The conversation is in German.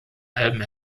alben